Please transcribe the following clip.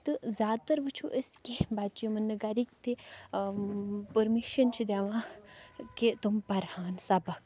تہٕ زیادٕ تَر وٕچھو أسۍ کیٚنٛہہ بَچہِ یِمَن نہٕ گَرِکۍ تہِ پٔرمِشَن چھِ دِوان کہِ تم پَرہان سَبَق